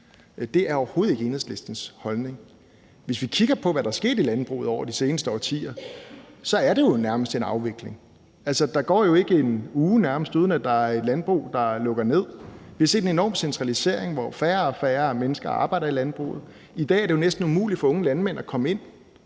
Det er overhovedet ikke Enhedslistens holdning. Hvis vi kigger på, hvad der er sket i landbruget over de seneste årtier, så er det jo nærmest en afvikling. Altså, der går nærmest ikke en uge, uden at der er et landbrug, der lukker ned. Vi har set en enorm centralisering, hvor færre og færre mennesker arbejder i landbruget. I dag er det jo næsten umuligt for unge landmænd at komme ind